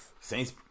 Saints